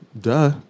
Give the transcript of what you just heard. Duh